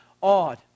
awed